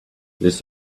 this